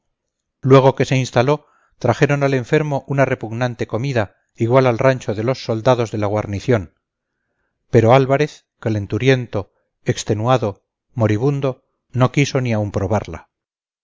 luego que se instaló trajeron al enfermo una repugnante comida igual al rancho de los soldados de la guarnición pero álvarez calenturiento extenuado moribundo no quiso ni aun probarla